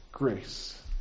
grace